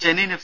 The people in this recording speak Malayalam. ചെന്നൈയിൻ എഫ്